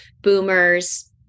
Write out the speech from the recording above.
boomers